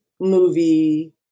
movie